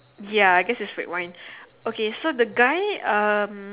ya I guess it's red wine okay so the guy um